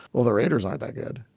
well, the raiders aren't that good.